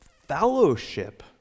Fellowship